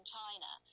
China